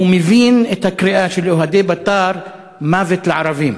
הוא מבין את הקריאה של אוהדי "בית"ר" "מוות לערבים".